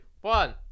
one